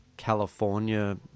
California